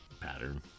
pattern